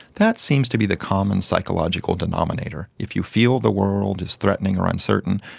that seems to be the common psychological denominator. if you feel the world is threatening or uncertain,